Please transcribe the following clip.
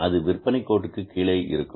அது விற்பனை கோட்டிற்கு கீழே இருக்கும்